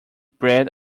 bread